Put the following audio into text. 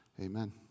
Amen